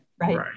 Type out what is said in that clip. right